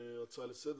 הצעה לסדר,